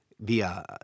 via